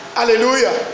Hallelujah